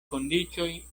kondiĉoj